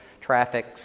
traffic